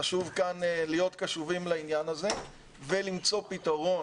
חשוב להיות כאן קשובים לעניין הזה ולמצוא פתרון.